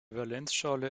valenzschale